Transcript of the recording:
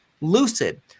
lucid